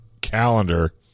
calendar